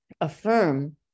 affirm